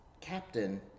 captain